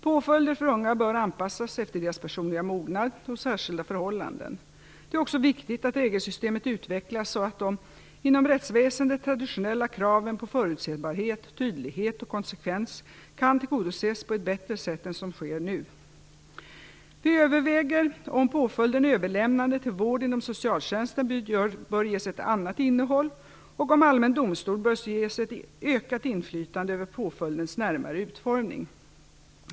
Påföljder för unga bör anpassas efter deras personliga mognad och särskilda förhållanden. Det är också viktigt att regelsystemet utvecklas så att de inom rättsväsendet traditionella kraven på förutsebarhet, tydlighet och konsekvens kan tillgodoses på ett bättre sätt än som nu sker. Vi överväger om påföljden överlämnande till vård inom socialtjänsten bör ges ett annat innehåll och om allmän domstol bör ges ett ökat inflytande över påföljdens närmare utformning.